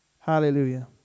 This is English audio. Hallelujah